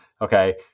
Okay